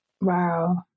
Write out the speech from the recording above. Wow